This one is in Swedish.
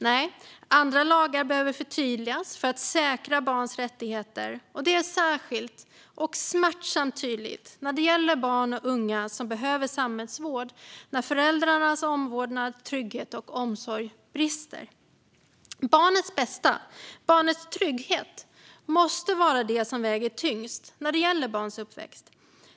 Nej, andra lagar behöver förtydligas för att säkra barns rättigheter. Detta är särskilt och smärtsamt tydligt när det gäller barn och unga som behöver samhällets vård när föräldrarnas omvårdnad, trygghet och omsorg brister. Barnets bästa - barnets trygghet - måste vara det som väger tyngst under barns uppväxt.